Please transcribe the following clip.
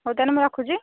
ହଉ ତା'ହେଲେ ମୁଁ ରଖୁଛି